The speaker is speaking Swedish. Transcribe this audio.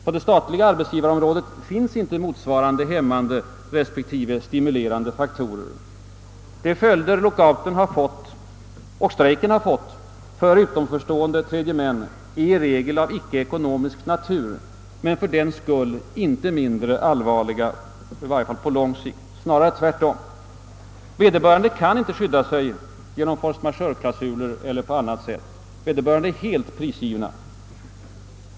På det statliga arbetsgivarområdet finns inte motsvarande hämmande respektive stimulerande faktorer. De följder lockouten respektive strejken får för utanförstående tredjeman är i regel av icke-ekonomisk natur men fördenskull inte mindre allvarliga, i varje fall på längre sikt. Snarare tvärtom. Vederbörande kan inte skydda sig genom forcemajeureklausuler eller på annat sätt, utan de är helt prisgivna.